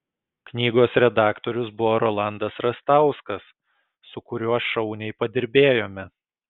knygos redaktorius buvo rolandas rastauskas su kuriuo šauniai padirbėjome